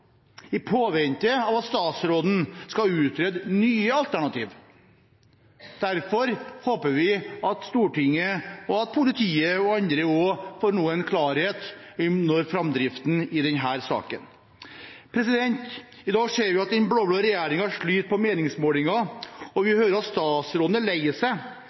i påvente av at statsråden skal utrede nye alternativ. Derfor håper vi at Stortinget og politiet og andre nå får en klarhet om framdriften i denne saken. I dag ser vi at den blå-blå regjeringen sliter på meningsmålingene, og vi hører at statsråden er lei seg